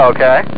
Okay